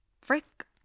frick